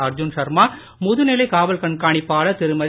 அர்ஜுன் சர்மாமுதுநிலை காவல் கண்காணிப்பாளர் திருமதி